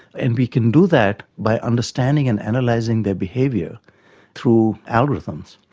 and we can do that by understanding and analysing their behaviour through algorithms.